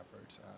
efforts